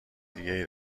دیگه